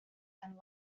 and